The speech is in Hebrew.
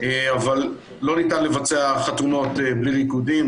אבל לא ניתן לבצע חתונות בלי ריקודים,